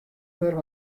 wurde